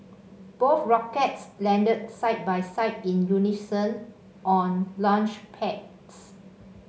both rockets landed side by side in unison on launchpads